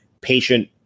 patient